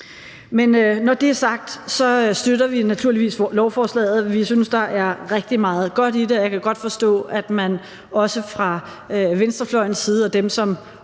Men når det er sagt, støtter vi naturligvis lovforslaget. Vi synes, at der er rigtig meget godt i det, og jeg kan godt forstå, at man også fra venstrefløjens side og at dem, som